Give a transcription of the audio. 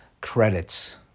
credits